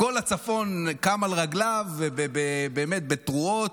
כל הצפון קם על רגליו באמת בתרועות.